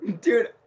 dude